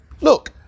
look